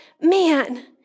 man